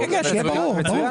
שיהיה ברור.